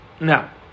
Now